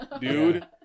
Dude